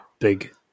big